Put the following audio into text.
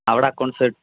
അവിടെ അക്കൗണ്ട്സായിട്ടു